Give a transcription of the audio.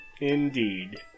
Indeed